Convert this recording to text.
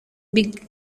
big